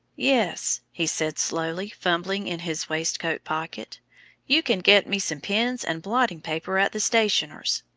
yes, he said, slowly fumbling in his waistcoat pocket you can get me some pens and blotting paper at the stationer's.